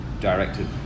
directed